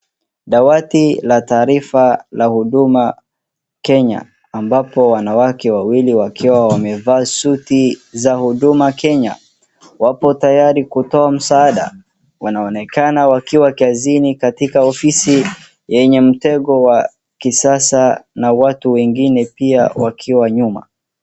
Dawati la taarifa la Huduma Kenya, ambapo wanawake wawili wakiwa wamevaa suti za Huduma Kenya. Wapo tayari kutoa msaada. Wanaonekana wakiwa kazini katika ofisi yenye mtego wa kisasa na watu wengine pia wakiwa nyuma.